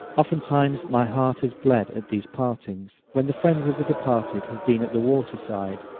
oftentimes my heart has bled at these partings when the friends of the departed have been at the water side,